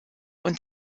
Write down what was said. und